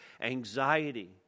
anxiety